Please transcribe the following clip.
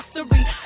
history